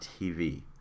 TV